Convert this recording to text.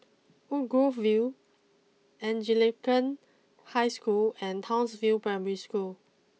Woodgrove view Anglican High School and Townsville Primary School